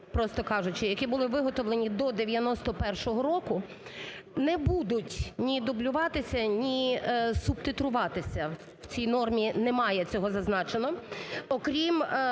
просто кажучи, які були виготовлені до 1991 року, не будуть ні дублюватися, ні субтитруватися, в цій нормі немає цього зазначено,